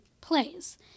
plays